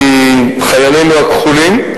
מחיילינו הכחולים,